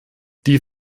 die